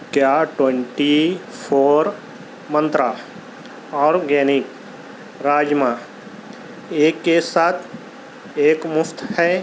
کیا twenty four Mantra organic راجما ایک کے ساتھ ایک مُفت ہے